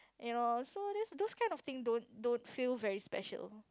you know so this those kind of thing don't don't feel very special